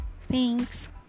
Thanks